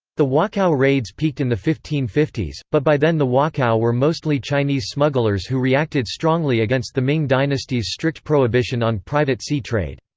the wokou raids peaked in the fifteen fifty s, but by then the wokou were mostly chinese smugglers who reacted strongly against the ming dynasty's strict prohibition on private sea trade.